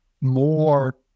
more